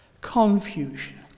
Confusion